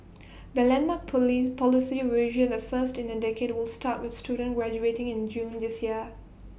the landmark poly policy revision the first in A decade will start with students graduating in June this year